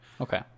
Okay